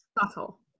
subtle